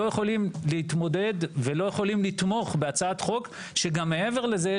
יכולים להתמודד ולא יכולים לתמוך בהצעת חוק שגם מעבר לזה,